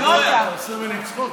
עושה ממני צחוק?